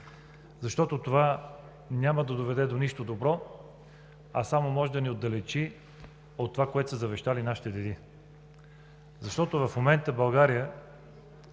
Това няма да доведе до нищо добро, а само може да ни отдалечи от това, което са завещали нашите деди. В момента България